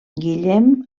guillem